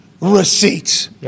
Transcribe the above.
receipts